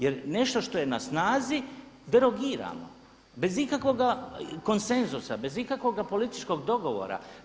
Jer nešto što je na snazi derogiramo bez ikakvoga konsenzusa, bez ikakvoga političkog dogovora.